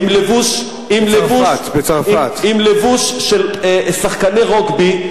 עם לבוש של שחקני רוגבי,